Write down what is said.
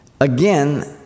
Again